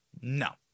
No